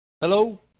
Hello